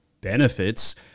benefits